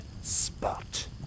spot